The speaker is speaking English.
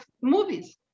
movies